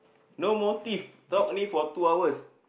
no motive talk only for two hours